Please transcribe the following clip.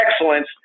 Excellence